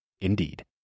Indeed